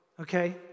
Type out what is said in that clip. okay